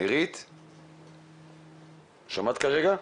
שומעת כרגע?